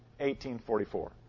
1844